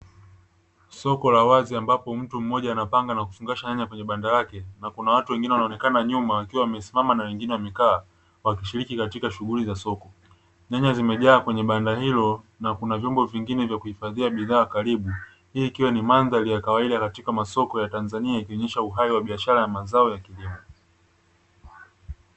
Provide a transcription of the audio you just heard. Soko la wazi ambapo mtu anapanga na kufungasha nyanya katika banda lake na kuna watu wengine wakionekana nyuma wakiwa wamesimama na wengine wamekaa wakishiriki katika shughuli za soko. Nyanya zimejaa kwenye banda hilo na kuna vyombo vingine vya kuhifadhia bidhaa karibu. Hii ikiwa ni mandhari ya kawaida katika masoko ya Tanzania ikionyesha uhai wa biashara ya mazao ya kilimo.